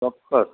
ચોક્કસ